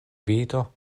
vido